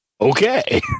okay